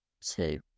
Two